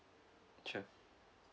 sure